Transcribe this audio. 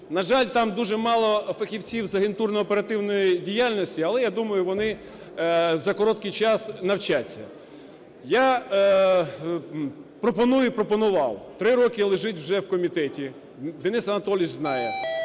На жаль, там дуже мало фахівців з агентурно-оперативної діяльності, але я думаю, вони за короткий час навчаться. Я пропоную і пропонував, три роки лежить вже в комітеті, Денис Анатолійович знає,